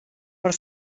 per